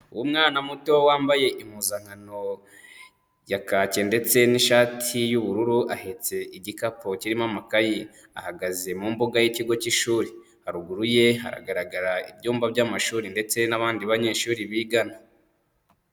Umwana muto wambaye impuzankano ya kake ndetse n'ishati y'ubururu, ahetse igikapu kirimo amakayi, ahagaze mu mbuga y'ikigo cy'ishuri, haruguru ye haragaragara ibyumba by'amashuri ndetse n'abandi banyeshuri bigana.